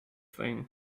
thing